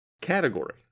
category